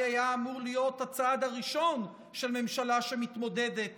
היה אמור להיות הצעד הראשון של ממשלה שמתמודדת